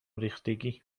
ریختگی